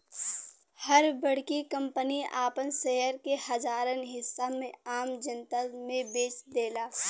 हर बड़की कंपनी आपन शेयर के हजारन हिस्सा में आम जनता मे बेच देला